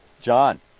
John